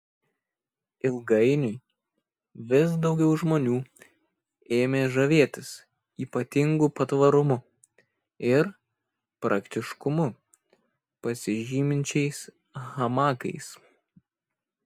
ilgainiui vis daugiau žmonių ėmė žavėtis ypatingu patvarumu ir praktiškumu pasižyminčiais hamakais